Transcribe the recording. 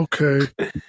Okay